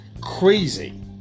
crazy